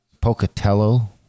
Pocatello